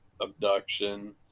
abduction